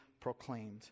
proclaimed